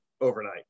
overnight